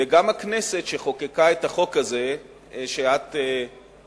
וגם הכנסת שחוקקה את החוק הזה שאת מלינה